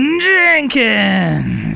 Jenkins